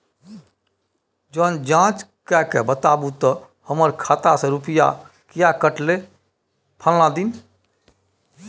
ज जॉंच कअ के बताबू त हमर खाता से रुपिया किये कटले फलना दिन?